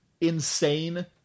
insane –